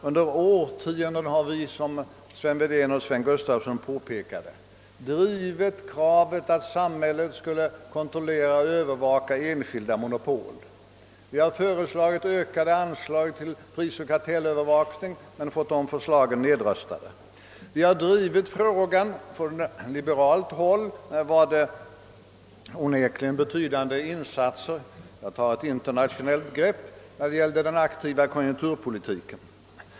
Under årtionden har vi, som Sven Wedén och Sven Gustafson påpekat, drivit kravet att samhället skulle kontrollera och övervaka enskilda monopol. Vi har föreslagit ökade anslag till prisoch kartellövervakning men fått våra förslag nedröstade. Från liberalt håll har onekligen gjorts betydande insatser bl.a. för att ta ett internationellt grepp när det gällde den aktiva konjunkturpolitiken.